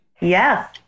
Yes